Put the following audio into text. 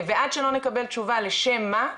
ועד שאנחנו לא נקבל תשובה לשם מה?